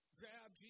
grab